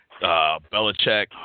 Belichick